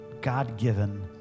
God-given